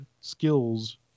skills